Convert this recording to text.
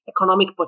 economic